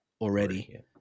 already